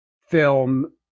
film